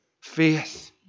faith